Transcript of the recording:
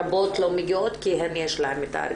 רבות לא מגיעות כי יש להן את ההרגשה הזאת.